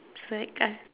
it's like I